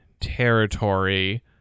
territory